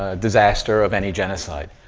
ah disaster of any genocide,